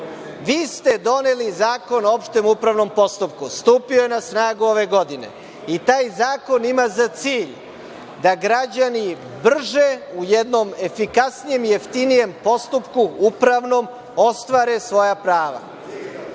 Vi ste doneli Zakon o opštem upravnom postupku, stupio je na snagu ove godine i taj zakon ima za cilj da građani brže, u jednom efikasnijem i jeftinijem upravnom postupku, ostvare svoja prava.